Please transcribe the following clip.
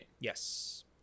Yes